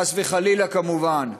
חס וחלילה, כמובן.